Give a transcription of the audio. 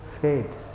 faith